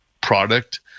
product